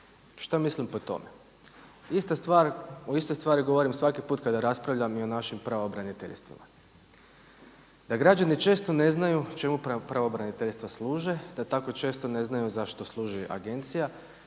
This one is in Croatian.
Što mislim pod tome? O istoj stvari govorim svaki put kada raspravljam i on našim pravobraniteljstvima, da građani često ne znaju čemu pravobraniteljstva služe, da tako često ne znaju zašto služi agencija.